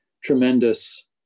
tremendous